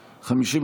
ההסתייגות.